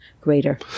greater